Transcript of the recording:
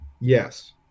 Yes